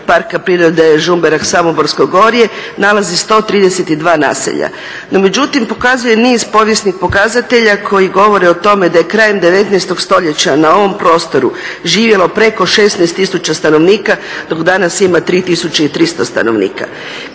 Parka prirode Žumberak-Samoborsko gorje nalazi 132 naselja. No, međutim pokazuje niz povijesnih pokazatelja koji govore o tome da je krajem 19. stoljeća na ovom prostoru živjelo preko 16 tisuća stanovnika dok danas ima 3 300 stanovnika.